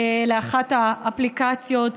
לאחת האפליקציות,